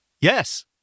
Yes